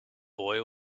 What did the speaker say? boy